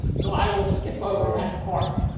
so i will skip over that part.